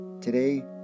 Today